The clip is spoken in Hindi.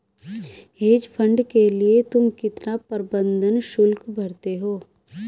हेज फंड के लिए तुम कितना प्रबंधन शुल्क भरते हो?